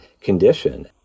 condition